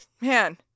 man